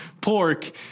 pork